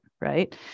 Right